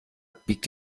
biegt